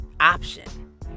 option